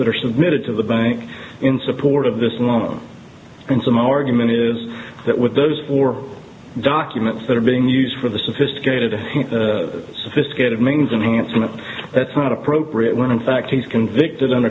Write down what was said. that are submitted to the bank in support of this law and so my argument is that with those or documents that are being used for the sophisticated sophisticated means unhandsome that's not appropriate when in fact he's convicted